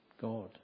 God